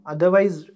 Otherwise